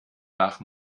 nach